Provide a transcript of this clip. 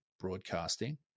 broadcasting